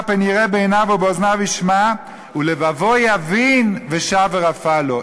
פן יראה בעיניו ובאוזניו ישמע ולבבו יבין ושב ורפא לו".